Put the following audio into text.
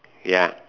ya